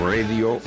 Radio